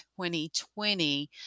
2020